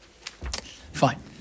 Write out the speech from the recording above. Fine